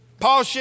Paul